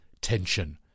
tension